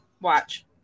Watch